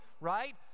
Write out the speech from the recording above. right